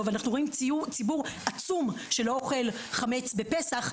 ואנחנו רואים ציבור עצום שלא אוכל חמץ בפסח,